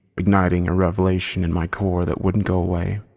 igniting a revelation in my core that wouldn't go away.